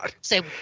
say